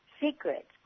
secret